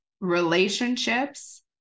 relationships